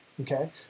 Okay